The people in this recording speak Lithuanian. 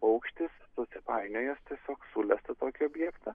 paukštis susipainiojęs tiesiog sulesa tokį objeką